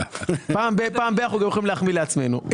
פעם בזמן כלשהו אנחנו יכולים גם להחמיא לעצמנו.